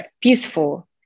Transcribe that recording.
peaceful